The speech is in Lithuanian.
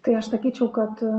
tai aš sakyčiau kad